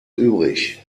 übrig